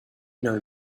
know